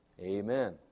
Amen